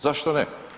Zašto ne?